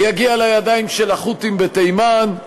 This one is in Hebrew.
ויגיע לידיים של החות'ים בתימן,